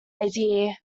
idea